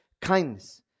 kindness